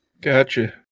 Gotcha